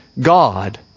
God